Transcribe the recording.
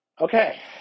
Okay